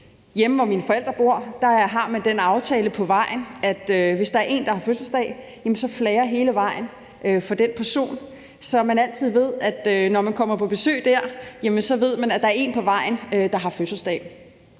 Hjemme, hvor mine forældre bor, har man den aftale på vejen, at hvis der er en, der har fødselsdag, så flager hele vejen for den person, så når man kommer på besøg der, ved man altid, at der er en på vejen, der har fødselsdag.